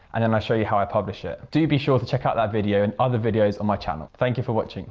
and then i show you how i publish it. do be sure to check out that video and other videos on my channel. thank you for watching.